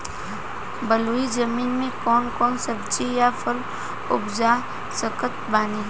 बलुई जमीन मे कौन कौन सब्जी या फल उपजा सकत बानी?